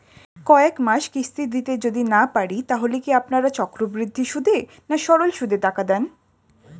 কয়েক মাস কিস্তি দিতে যদি না পারি তাহলে কি আপনারা চক্রবৃদ্ধি সুদে না সরল সুদে টাকা দেন?